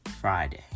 Friday